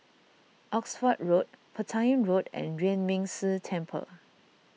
Oxford Road Petain Road and Yuan Ming Si Temple